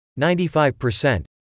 95%